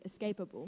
escapable